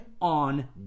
on